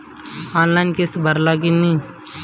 Online किस्त भराला कि ना?